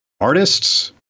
artists